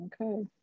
Okay